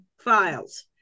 files